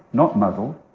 not muzzled.